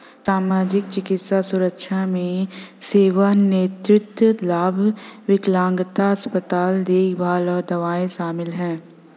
सामाजिक, चिकित्सा सुरक्षा में सेवानिवृत्ति लाभ, विकलांगता, अस्पताल देखभाल और दवाएं शामिल हैं